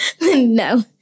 no